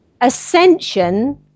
Ascension